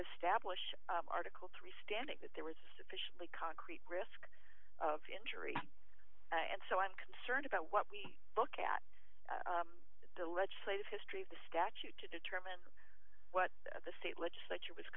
establish article three standing that there is a sufficiently concrete risk of injury and so i'm concerned about what we look at the legislative history of the statute to determine what the state legislature was